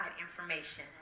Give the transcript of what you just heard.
information